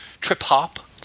trip-hop